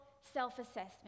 self-assessment